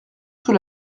sous